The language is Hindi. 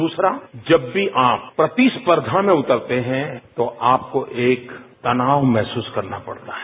दूसरा जब भी आप प्रतिस्पर्धा में उतरते हैं तो आपको एक तनाव महसूस करना पड़ता है